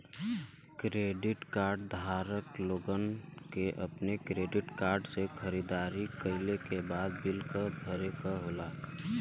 credit card धारक लोगन के अपने क्रेडिट कार्ड से खरीदारी कइले के बाद बिल क भरे क होला